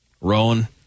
Rowan